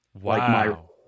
wow